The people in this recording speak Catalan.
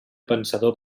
pensador